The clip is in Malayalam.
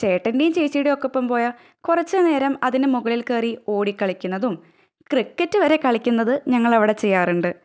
ചേട്ടന്റെയും ചേച്ചിയുടെയും ഒക്കെ ഒപ്പം പോയാല് കുറച്ചു നേരം അതിന്റെ മുകളില് കയറി ഓടി കളിക്കുന്നതും ക്രിക്കറ്റ് വരെ കളിക്കുന്നതു ഞങ്ങളവിടെ ചെയ്യാറുണ്ട്